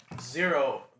zero